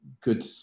Good